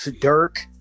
Dirk